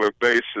basis